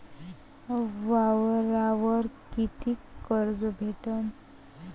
वावरावर कितीक कर्ज भेटन?